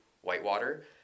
whitewater